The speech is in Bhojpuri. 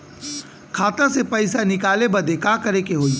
खाता से पैसा निकाले बदे का करे के होई?